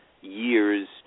years